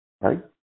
right